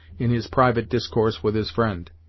in his private discourse with his friend.